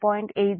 805 p